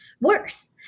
worse